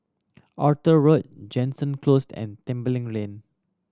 Arthur Road Jansen Close and Tembeling Lane